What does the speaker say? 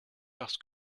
parce